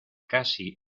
casi